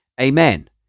Amen